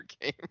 game